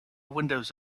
windows